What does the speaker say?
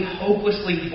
hopelessly